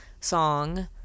song